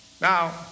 Now